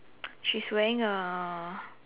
she's wearing a